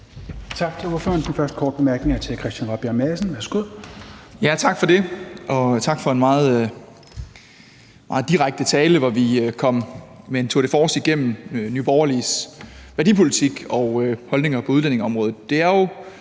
Tak til ordføreren. Den første korte bemærkning er til hr. Christian Rabjerg Madsen. Værsgo. Kl. 17:17 Christian Rabjerg Madsen (S): Tak for det, og tak for en meget direkte tale, hvor vi kom med en tour de force igennem Nye Borgerliges værdipolitik og holdninger på udlændingeområdet. Det er jo